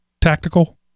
tactical